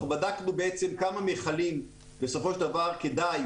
אנחנו בדקנו כמה מיכלים בסופו של דבר כדאי